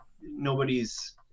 nobody's